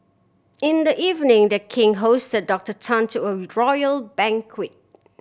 in the evening The King hosted Doctor Tan to a royal banquet